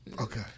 okay